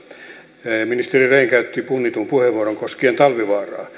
ministeri rehn käytti punnitun puheenvuoron koskien talvivaaraa